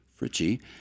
Fritchie